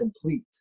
complete